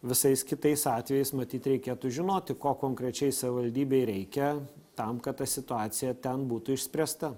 visais kitais atvejais matyt reikėtų žinoti ko konkrečiai savivaldybei reikia tam kad ta situacija ten būtų išspręsta